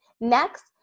Next